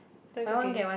no its okay